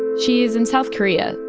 she is in south korea,